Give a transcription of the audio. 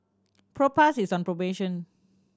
Propass is on promotion